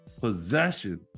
possession